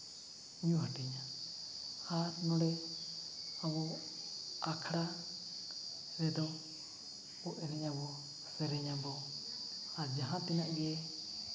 ᱧᱩ ᱦᱟᱹᱴᱤᱧᱟ ᱟᱨ ᱱᱚᱰᱮ ᱟᱵᱚ ᱟᱠᱷᱲᱟ ᱨᱮᱫᱚ ᱠᱚ ᱮᱱᱮᱡ ᱟᱵᱚ ᱥᱮᱨᱮᱧᱟᱵᱚ ᱟᱨ ᱡᱟᱦᱟᱸ ᱛᱤᱱᱟᱹᱜ ᱜᱮ